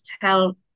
tell